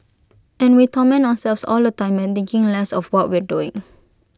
and we torment ourselves all the time by thinking less of what we're doing